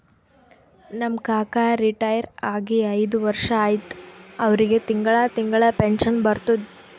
ನಮ್ ಕಾಕಾ ರಿಟೈರ್ ಆಗಿ ಐಯ್ದ ವರ್ಷ ಆಯ್ತ್ ಅವ್ರಿಗೆ ತಿಂಗಳಾ ತಿಂಗಳಾ ಪೆನ್ಷನ್ ಬರ್ತುದ್